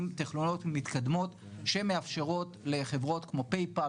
טכנולוגיות מתקדמות שמאפשרות לחברות כמו פייפל,